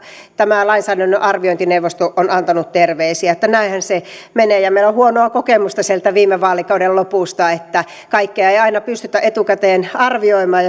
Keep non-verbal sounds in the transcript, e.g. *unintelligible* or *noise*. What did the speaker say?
tämä lainsäädännön arviointineuvosto on antanut terveisiä näinhän se menee meillä on huonoa kokemusta sieltä viime vaalikauden lopusta että kaikkea ei aina pystytä etukäteen arvioimaan *unintelligible*